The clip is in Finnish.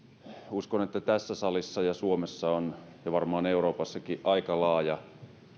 uskon että tässä salissa ja suomessa ja varmaan euroopassakin on aika laaja